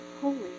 holy